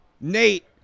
Nate